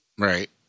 Right